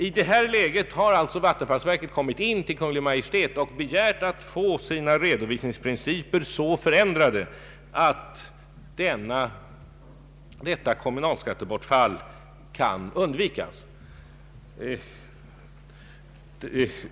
I det läget har alltså Vattenfall hos Kungl. Maj:t begärt att få sina redovisningsprinciper så förändrade att detta kommunalskattebortfall kan undvikas.